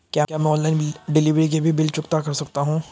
क्या मैं online delivery के भी बिल चुकता कर सकता हूँ?